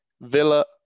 Villa